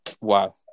wow